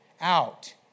out